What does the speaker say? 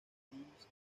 aprendiz